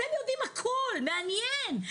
אתם יודעים הכול, מעניין.